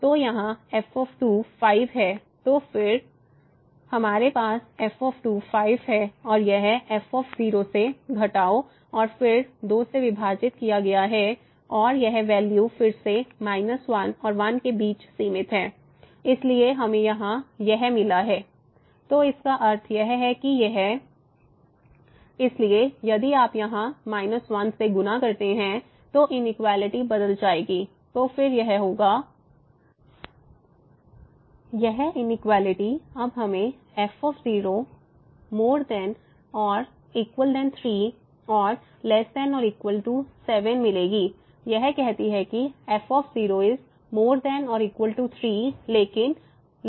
तो यहाँ f 5 है तो फिर 5 f2 हमारे पास f 5 है और यह f से घटाओ और फिर 2 से विभाजित किया गया है और यह वैल्यू फिर से माइनस 1 और 1 के बीच सीमित है इसलिए हमें यहां यह मिला है 2≤5 f0≤2 तो इसका अर्थ है कि यह 7≤ f0≤ 3 इसलिए यदि आप यहां 1 से गुणा करते हैं तो इनइक्वेलिटी बदल जाएगी तो फिर 7≥f0≥3 यह इनइक्वेलिटी अब हमें f ≥ 3 और ≤7 मिलेगी यह कहती है कि f ≥ 3लेकिन ≤7 है